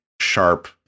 sharp